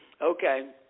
Okay